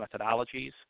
methodologies